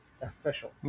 official